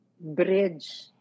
bridge